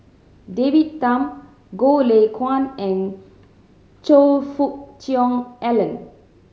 David Tham Goh Lay Kuan and Choe Fook Cheong Alan